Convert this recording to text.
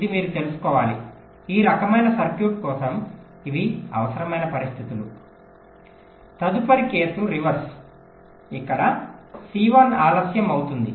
ఇది మీరు తెలుసుకోవాలి ఈ రకమైన సర్క్యూట్ కోసం ఇవి అవసరమైన పరిస్థితులు తదుపరి కేసు రివర్స్ ఇక్కడ C1 ఆలస్యం అవుతుంది